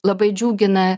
labai džiugina